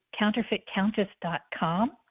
counterfeitcountess.com